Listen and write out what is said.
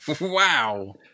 Wow